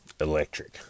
electric